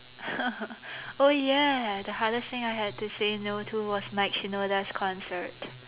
oh ya the hardest thing I had to say no to was Mike Shinoda's concert